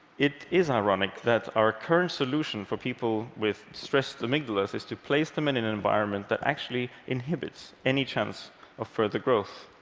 it is ironic that our current solution for people with stressed amygdalae is to place them in an environment that actually inhibits any chance of further growth.